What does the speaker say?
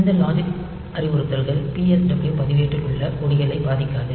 இந்த லாஜிக்கல் அறிவுறுத்தல்கள் PSW பதிவேட்டில் உள்ள கொடிகளை பாதிக்காது